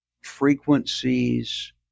frequencies